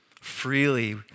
freely